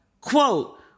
quote